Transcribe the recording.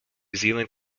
zealand